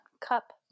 cup